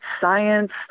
science